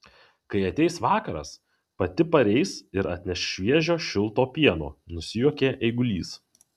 kai ateis vakaras pati pareis ir atneš šviežio šilto pieno nusijuokė eigulys